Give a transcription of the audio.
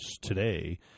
today